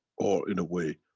or in a way,